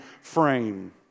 frame